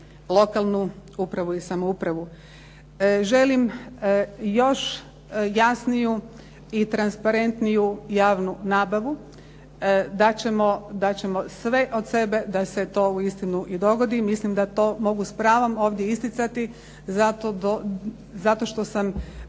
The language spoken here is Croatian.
lokalnu upravu i samoupravu. Želim još jasniju i transparentniju javnu nabavu, dati ćemo sve od sebe da se to uistinu i dogodi i mislim da to mogu s pravom ovdje isticati zato što sam